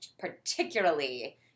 particularly